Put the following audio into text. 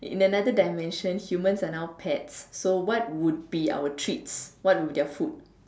in another dimension humans are now pets so what would be our treats what would their food